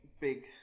big